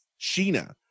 Sheena